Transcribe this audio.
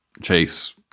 chase